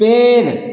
पेड़